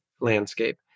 landscape